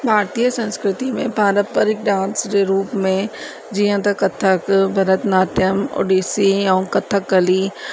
भारतीय संस्कृति में पारंपरिक डांस जे रूप में जीअं त कथक भरतनाट्यम ओडिसी ऐं कथकली